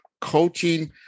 coaching